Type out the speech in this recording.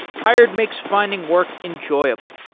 hired makes finding work enjoyable.